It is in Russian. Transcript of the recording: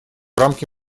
рамки